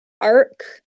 arc